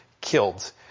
killed